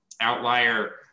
outlier